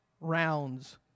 rounds